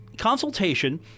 Consultation